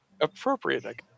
Appropriate